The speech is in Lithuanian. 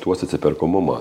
tuos atsiperkamumą